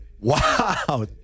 wow